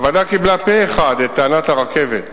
הוועדה קיבלה פה-אחד את טענת חברת "רכבת ישראל",